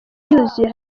yuzuye